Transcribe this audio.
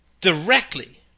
directly